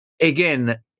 again